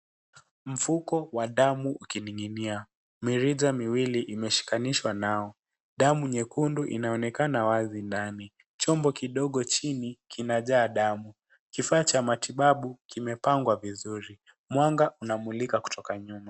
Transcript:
Mfuko wa damu ukining'inia, mirija miwili imeshikanishwa nao. Damu nyekundu inaonekana wazi ndani. Chombo kidogo chini kinajaa damu. Kifaa cha matibabu kimepangwa vizuri. Mwanga unamulika kutoka nyuma.